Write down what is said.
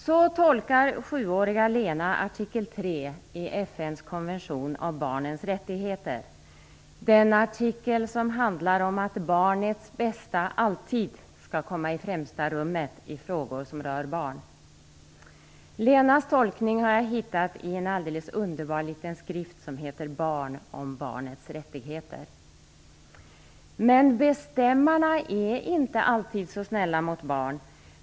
Så tolkar sjuåriga Lena artikel 3 i FN:s konvention om barnens rättigheter, den artikel som handlar om att barnets bästa alltid skall komma i främsta rummet i frågor som rör barn. Lenas tolkning har jag hittat i en underbar liten skrift, som heter "Barn om Barnets Men "bestämmarna" är inte alltid så snälla mot barn.